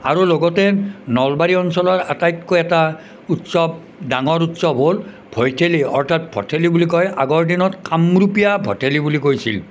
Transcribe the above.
আৰু লগতে নলবাৰী অঞ্চলৰ আটাইতকৈ এটা উৎসৱ ডাঙৰ উৎসৱ হ'ল ভৈঠেলী অৰ্থাৎ ভঠেলী বুলি কয় আগৰ দিনত কামৰূপীয়া ভঠেলী বুলি কৈছিল